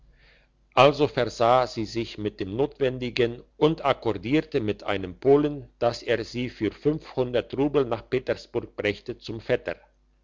also versah sie sich mit dem notwendigen und akkordierte mit einem polen dass er sie für fünfhundert rubel nach petersburg brächte zum vetter